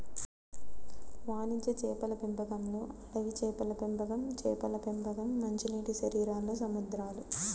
వాణిజ్య చేపల పెంపకంలోఅడవి చేపల పెంపకంచేపల పెంపకం, మంచినీటిశరీరాల్లో సముద్రాలు